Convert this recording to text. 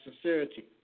sincerity